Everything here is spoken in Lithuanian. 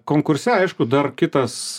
konkurse aišku dar kitas